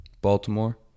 Baltimore